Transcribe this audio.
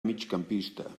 migcampista